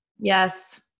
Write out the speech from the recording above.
Yes